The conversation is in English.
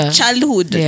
Childhood